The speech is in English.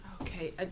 Okay